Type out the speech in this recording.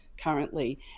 currently